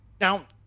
Now